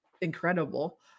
incredible